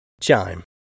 Chime